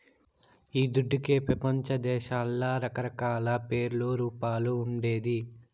ఈ దుడ్డుకే పెపంచదేశాల్ల రకరకాల పేర్లు, రూపాలు ఉండేది